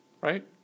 Right